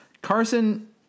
Carson